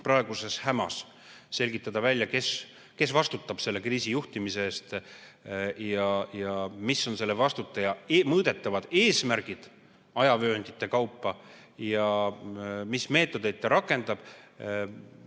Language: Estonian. praeguses hämas selgitada välja, kes vastutab selle kriisi juhtimise eest ja mis on selle vastutaja mõõdetavad eesmärgid ajavööndite kaupa ja mis meetodeid ta rakendab,